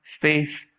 Faith